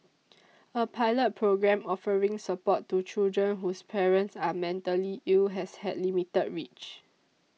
a pilot programme offering support to children whose parents are mentally ill has had limited reach